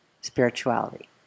spirituality